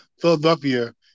Philadelphia